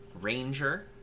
ranger